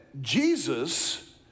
Jesus